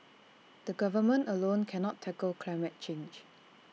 the government alone cannot tackle climate change